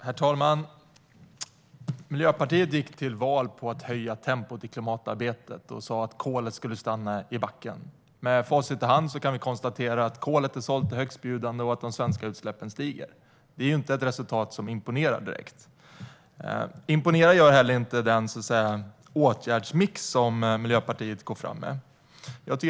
Herr talman! Miljöpartiet gick till val på att höja tempot i klimatarbetet och sa att kolet skulle stanna i backen. Med facit i hand kan vi konstatera att kolet är sålt till högstbjudande och att de svenska utsläppen stiger. Det är inte ett resultat som imponerar. Imponerar gör inte heller den åtgärdsmix som Miljöpartiet går fram med.